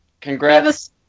congrats